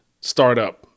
startup